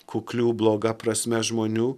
kuklių bloga prasme žmonių